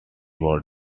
body